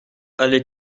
allée